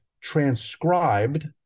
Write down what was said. transcribed